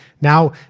now